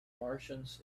martians